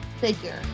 figure